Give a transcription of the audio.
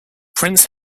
prince